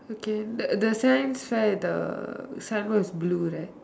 okay the the science fair the sign board is blue right